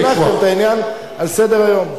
והנחתם את העניין על סדר-היום.